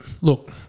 look